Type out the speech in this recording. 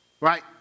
Right